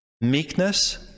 Meekness